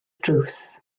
drws